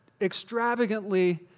extravagantly